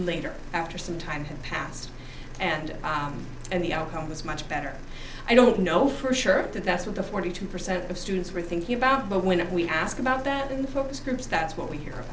later after some time had passed and and the outcome was much better i don't know for sure that that's what the forty two percent of students were thinking about but when we ask about that in the focus groups that's what we hear